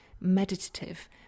meditative